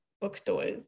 bookstores